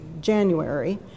January